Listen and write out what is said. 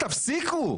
תפסיקו.